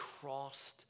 crossed